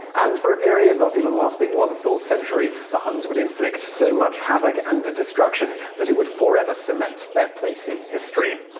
and for a period, not even lasting one full century, the huns would inflict so much havoc and destruction that it would forever cement their place in history.